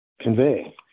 convey